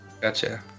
Gotcha